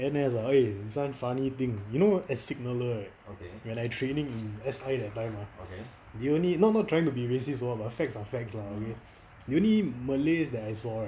N_S ah eh this [one] funny thing you know as signaller right when I training in S_I that time ah they only they only not not trying to be racist or what but facts are facts lah okay the only malay's that I saw right